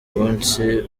munsi